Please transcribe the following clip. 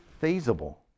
feasible